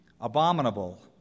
abominable